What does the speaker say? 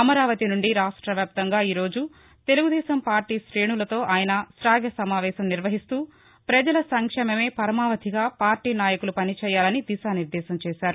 అమరావతి నుండి రాష్టవ్యాప్తంగా ఈ రోజు తెలుగుదేశం పార్టీ రేణులతో ఆయన శవ్య సమావేశం నిర్వహిస్తూ పజల సంక్షేమమే పరమావధిగా పార్లీ నాయకులు పనిచేయాలని దిశానిర్దేశం చేశారు